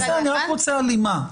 אני רק רוצה הלימה.